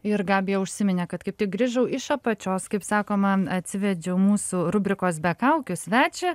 ir gabija užsiminė kad kaip tik grįžau iš apačios kaip sakoma atsivedžiau mūsų rubrikos be kaukių svečią